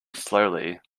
slowly